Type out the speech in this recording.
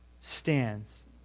stands